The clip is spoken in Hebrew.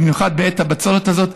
במיוחד בעת הבצורת הזאת,